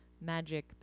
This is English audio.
Magic